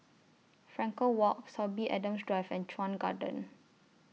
Frankel Walk Sorby Adams Drive and Chuan Garden